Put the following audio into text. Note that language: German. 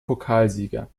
pokalsieger